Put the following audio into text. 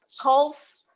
calls